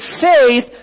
faith